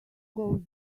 goes